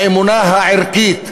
האמונה הערכית,